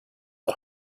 for